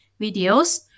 videos